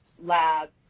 labs